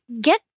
get